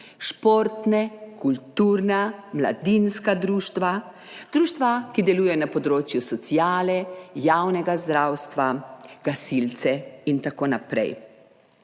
športne kulturna mladinska društva, društva ki delujejo na področju sociale javnega zdravstva gasilce itn.